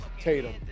Tatum